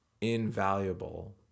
invaluable